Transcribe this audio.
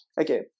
okay